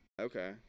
okay